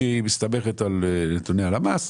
שהיא מסתמכת על נתוני הלמ"ס,